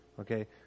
okay